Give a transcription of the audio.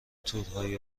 تورهای